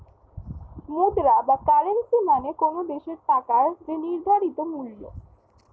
মুদ্রা বা কারেন্সী মানে কোনো দেশের টাকার যে নির্ধারিত মূল্য